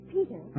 Peter